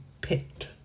picked